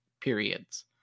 periods